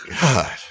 God